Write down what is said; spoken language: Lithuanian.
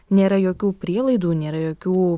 nėra jokių prielaidų nėra jokių